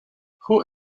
who